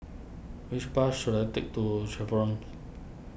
which bus should I take to Chevrons